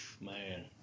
Man